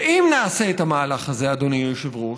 אם נעשה את המהלך הזה, אדוני היושב-ראש,